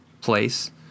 place